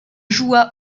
joua